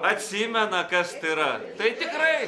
atsimena kas tai yra tai tikrai